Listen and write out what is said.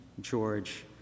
George